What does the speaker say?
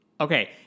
Okay